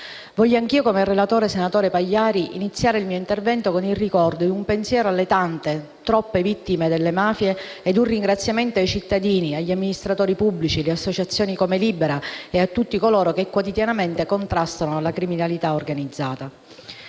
Voglio anch'io, come il relatore, senatore Pagliari, iniziare il mio intervento con il ricordo ed un pensiero alle tante, troppe vittime delle mafie ed un ringraziamento ai cittadini, agli amministratori pubblici, alle associazioni come Libera e a tutti coloro che quotidianamente contrastano la criminalità organizzata.